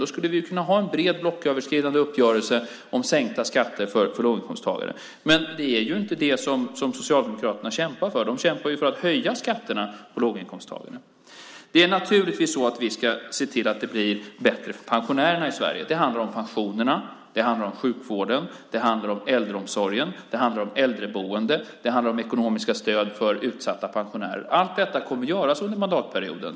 Då skulle vi kunna ha en bred, blocköverskridande uppgörelse om sänkta skatter för låginkomsttagare. Men det är ju inte det som Socialdemokraterna kämpar för. De kämpar ju för att höja skatterna för låginkomsttagare. Vi ska naturligtvis se till att det blir bättre för pensionärerna i Sverige. Det handlar om pensionerna. Det handlar om sjukvården. Det handlar om äldreomsorgen. Det handlar om äldreboende. Det handlar om ekonomiska stöd för utsatta pensionärer. Allt detta kommer att göras under mandatperioden.